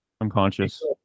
Unconscious